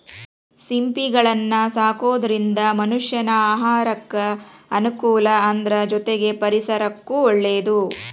ಸಿಂಪಿಗಳನ್ನ ಸಾಕೋದ್ರಿಂದ ಮನಷ್ಯಾನ ಆಹಾರಕ್ಕ ಅನುಕೂಲ ಅದ್ರ ಜೊತೆಗೆ ಪರಿಸರಕ್ಕೂ ಒಳ್ಳೇದು